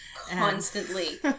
Constantly